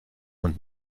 und